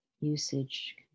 usage